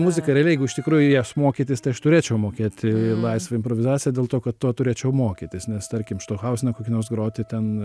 muzika yra ir jeigu iš tikrųjų jas mokytis tai aš turėčiau mokėti laisvą improvizaciją dėl to kad to turėčiau mokytis nes tarkim štohauzeną kokį nors groti ten